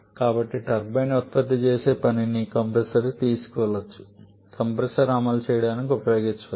కాబట్టి టర్బైన్ ఉత్పత్తి చేసే పనిని కంప్రెషర్కు తీసుకెళ్లవచ్చు కంప్రెషర్ను అమలు చేయడానికి ఉపయోగించవచ్చు